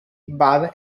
bar